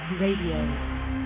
radio